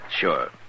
sure